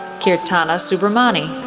keertana subramani,